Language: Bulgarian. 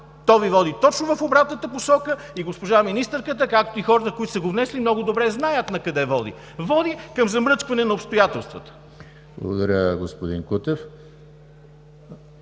То Ви води точно в обратната посока и госпожа министърката, както и хората, които са го внесли много добре знаят накъде води. Води към замръчкване на обстоятелствата. ПРЕДСЕДАТЕЛ ЕМИЛ